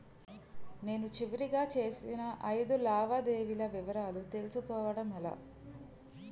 నేను చివరిగా చేసిన ఐదు లావాదేవీల వివరాలు తెలుసుకోవటం ఎలా?